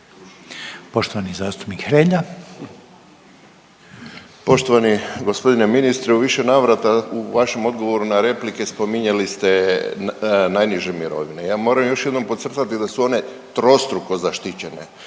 Poštovani zastupnik Hrelja.